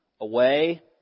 away